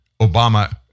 Obama